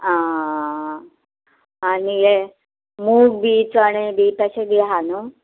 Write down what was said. आं आं आं आनी हें मूग बी चणे बी तशें किदें आहा न्हू